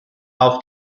auf